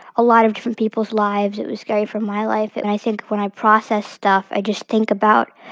a lot of different people's lives. it was scary for my life, and i think when i process stuff, i just think about